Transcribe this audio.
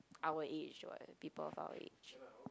our age what people of our age